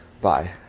Bye